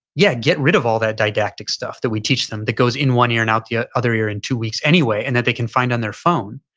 yeah, get rid of all that didactic stuff that we teach them that goes in one ear and out the ah other ear in two weeks anyway, and that they can find on their phone.